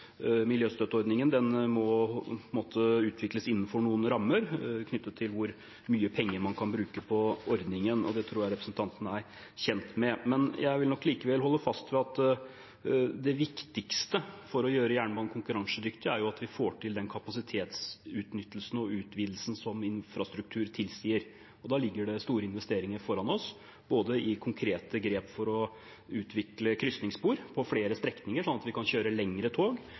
kjent med. Jeg vil nok likevel holde fast ved at det viktigste for å gjøre jernbanen konkurransedyktig er at vi får til den kapasitetsutnyttelsen og utvidelsen som infrastruktur tilsier. Da ligger det store investeringer foran oss, både i konkrete grep for å utvikle krysningsspor på flere strekninger, slik at vi kan kjøre lengre tog,